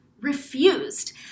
refused